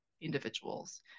individuals